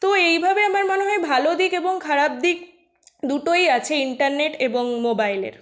তো এই ভাবেই আমার মনে হয় ভালো দিক এবং খারাপ দিক দুটোই আছে ইন্টারনেট এবং মোবাইলের